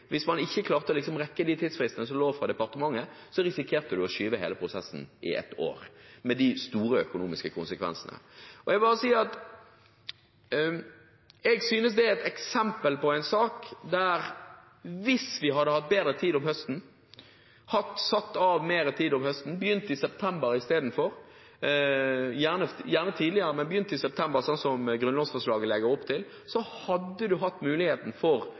hvis man ikke klarte å rekke de tidsfristene som forelå fra departementet, risikerte man å forskyve hele prosessen med ett år, med store økonomiske konsekvenser. Dette er et eksempel på en sak der vi hadde hatt muligheten – hvis vi hadde hatt bedre tid og satt av mer tid om høsten, hvis vi hadde begynt i september slik grunnlovsforslaget legger opp til,